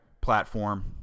platform